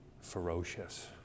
ferocious